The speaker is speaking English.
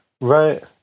Right